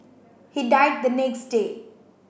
he died the next day